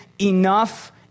enough